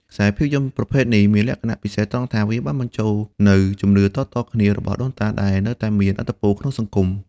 ខ្សែភាពយន្តប្រភេទនេះមានលក្ខណៈពិសេសត្រង់ថាវាបានបញ្ចូលនូវជំនឿតៗគ្នារបស់ដូនតាដែលនៅតែមានឥទ្ធិពលក្នុងសង្គម។